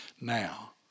now